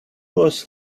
was